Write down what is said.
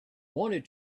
wanted